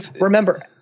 remember